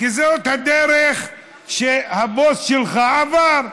כי זאת הדרך שהבוס שלך עבר,